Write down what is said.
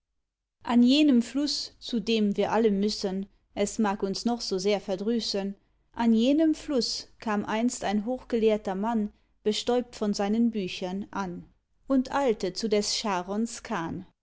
an jenem fluß zu dem wir alle müssen es mag uns noch so sehr verdrüßen an jenem fluß kam einst ein hochgelehrter mann bestäubt von seinen büchern an und eilte zu des charons